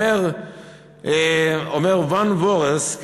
אומר ואן וורס,